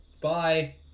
Bye